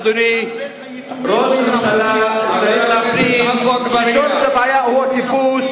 אדוני ראש הממשלה צריך להבין ששורש הבעיה הוא הכיבוש.